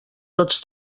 tots